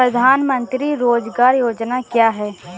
प्रधानमंत्री रोज़गार योजना क्या है?